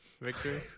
victory